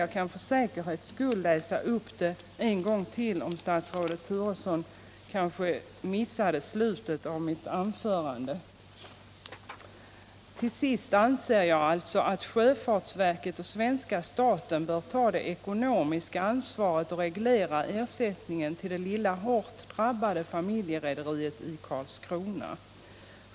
Jag skall för säkerhets skull läsa upp den passusen en gång till, ifall statsrådet Turesson missade slutet av anförandet: ”Till sist anser jag att sjöfartsverket och svenska staten bör ta det ekonomiska ansvaret och reglera ersättningen till det lilla hårt drabbade familjerederiet i Karlskrona.